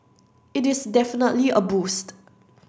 it is definitely a boost